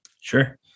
Sure